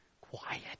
quiet